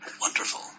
Wonderful